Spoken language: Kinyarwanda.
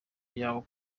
yawe